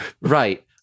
right